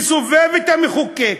מסובב את המחוקק.